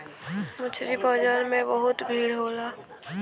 मछरी बाजार में बहुत भीड़ होला